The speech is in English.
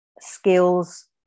skills